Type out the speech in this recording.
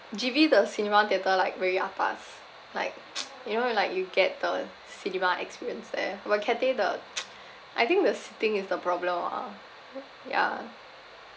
G_V the cinema theater like very atas like you know like you get the cinema experience there but cathay the I think the seating is the problem ah ya